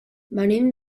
venim